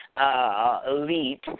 elite